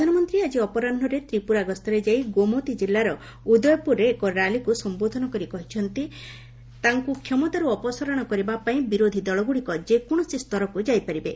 ପ୍ରଧାନମନ୍ତ୍ରୀ ଆଜି ଅପରାହ୍ରରେ ତ୍ରିପୁରା ଗସ୍ତରେ ଯାଇ ଗୋମତୀ ଜିଲ୍ଲାର ଉଦୟପୁରରେ ଏକ ର୍ୟାଲିକୁ ସମ୍ବୋଧନ କରି କହିଛନ୍ତି ତାଙ୍କୁ କ୍ଷମତାରୁ ଅପସାରଣ କରିବାପାଇଁ ବିରୋଧୀ ଦଳଗୁଡ଼ିକ ଯେକୌଣସି ସ୍ତରକୁ ଯାଇପାରିବେ